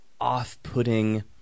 off-putting